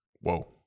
whoa